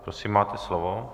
Prosím, máte slovo.